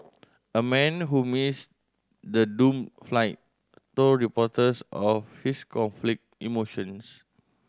a man who missed the doomed flight told reporters of his conflict emotions